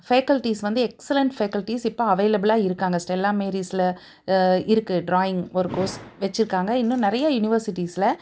faculties வந்து excellent faculties இப்போ அவைலபிளாக இருக்காங்க ஸ்டெல்லா மேரிஸில் இருக்குது டிராயிங் ஒரு கோர்ஸ் வெச்சுருக்காங்க இன்னும் நிறைய யுனிவர்ஸிட்டிஸில்